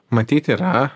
matyt yra